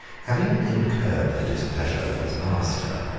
having incurred the displeasure of his master,